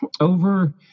Over